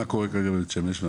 מה קורה כרגע בבית שמש?